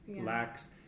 lacks